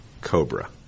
Cobra